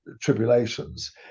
tribulations